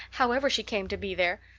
however she came to be there.